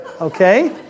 Okay